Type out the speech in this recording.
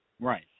Right